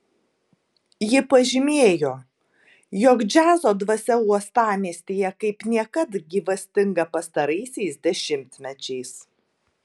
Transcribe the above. ji pažymėjo jog džiazo dvasia uostamiestyje kaip niekad gyvastinga pastaraisiais dešimtmečiais